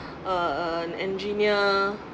uh an engineer